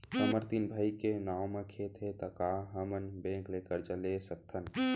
हमर तीन भाई के नाव म खेत हे त का हमन बैंक ले करजा ले सकथन?